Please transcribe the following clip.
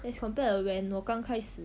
as compared to when 我刚开始